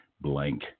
Blank